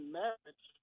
marriage